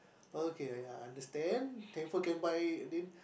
okay ya I understand handphone can buy then